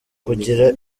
kugira